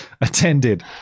attended